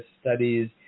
Studies